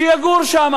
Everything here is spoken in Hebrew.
שיגור שם.